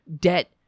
debt